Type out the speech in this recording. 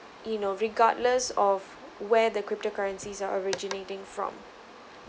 you know regardless of where the crypto currencies are originating from